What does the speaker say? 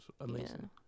amazing